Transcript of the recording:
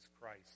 Christ